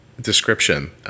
description